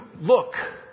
look